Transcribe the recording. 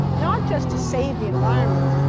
not just to save the environment,